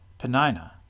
Penina